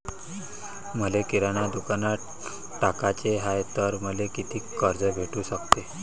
मले किराणा दुकानात टाकाचे हाय तर मले कितीक कर्ज भेटू सकते?